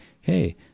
hey